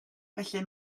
felly